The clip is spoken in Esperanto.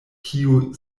kiu